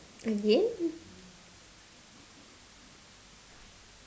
again